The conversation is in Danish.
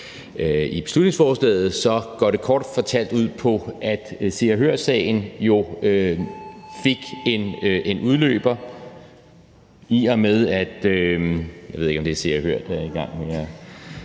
i beslutningsforslaget, går det kort fortalt ud på, at Se og Hør-sagen jo fik den udløber